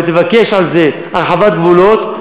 ותבקש על זה הרחבת גבולות,